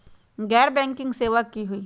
गैर बैंकिंग सेवा की होई?